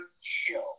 chill